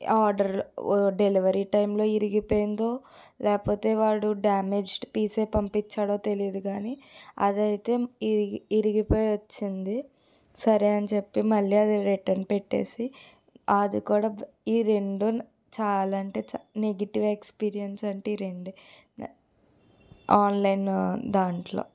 ఆ order delivery టైమ్లో విరిగిపోయిందో లేకపోతే వాడు డ్యామేజ్డ్ పీసే పంపించాడో తెలీదు గానీ అదియైతే విరిగి విరిగి పోయి వచ్చింది సరే అని చెప్పి మళ్ళి అది రిటర్న్ పెట్టేసి ఆదు కూడా ఈ రెండూనూ చాలా అంటే చాలా నెగెటివ్ ఎక్స్పీరియన్స్ అంటే ఈ రెండే ఆన్లైన్ దాంట్లో